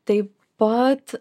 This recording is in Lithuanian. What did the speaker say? taip pat